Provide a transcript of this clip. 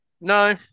No